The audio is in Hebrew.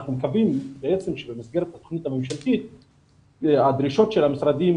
ואנחנו מקווים שבמסגרת התוכנית הממשלתית הדרישות של המשרדים